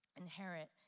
inherit